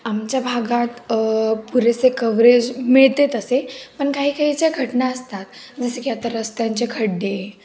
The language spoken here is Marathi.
आमच्या भागात पुरेसे कव्हरेज मिळते तसे पण काही काही ज्या घटना असतात जसे की आता रस्त्यांचे खड्डे